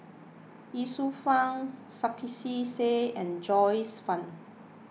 Ye Shufang Sarkasi Said and Joyce Fan